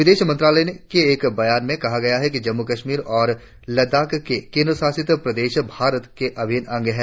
विदेश मंत्रालय ने एक बयान में कहा कि जम्म् कश्मीर और लद्दाख के केंद्रशासित प्रदेश भारत के अभिन्न अंग है